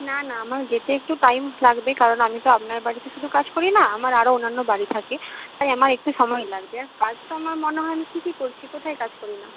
না না আমার যেতে একটু টাইম লাগবে কারণ আমি তো আপনার বাড়িতে শুধু কাজ করি না আমার আরও অন্যান্য বাড়ি থাকে তাই আমার একটু সময় লাগবে কাজ তো আমার মনে হয় আমি ঠিকই করছি কোথায় কাজ করি না